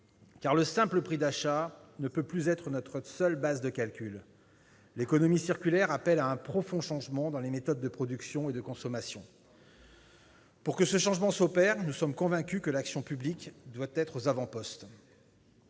le simple prix d'achat ne peut plus être notre seule base de calcul. L'économie circulaire appelle à un profond changement dans les méthodes de production et de consommation. Pour que ce changement s'opère, nous sommes convaincus que l'action publique doit être aux avant-postes.